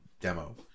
demo